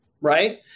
right